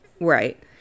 Right